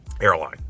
airline